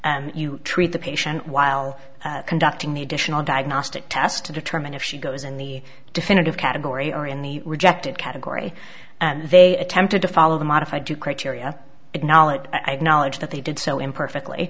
e you treat the patient while conducting the additional diagnostic test to determine if she goes in the definitive category or in the rejected category and they attempted to follow the modified two criteria acknowledged i've knowledge that they did so imperfectly